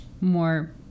more